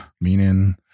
meaning